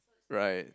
right